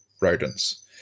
rodents